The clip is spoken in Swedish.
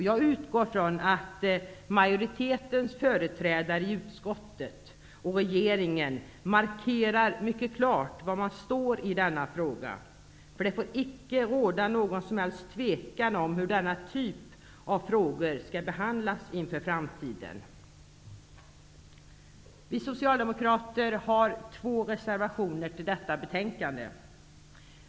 Jag utgår från att regeringens företrädare i utskottet och regeringen mycket klart markerar var man står i denna fråga. Det får icke råda någon som helst tvekan hur denna typ av frågor skall behandlas framöver. Vi socialdemokrater har två reservationer vid detta betänkande.